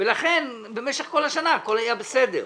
ולכן במשך כל השנה הכול היה בסדר.